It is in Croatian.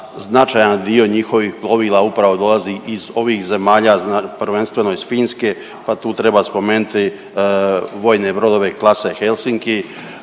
značajan dio njihovih plovila upravo dolazi iz ovih zemalja, prvenstveno iz Finske, pa tu treba spomenuti vojne brodove i klase Helsinki,